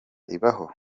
ibaho